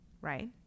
right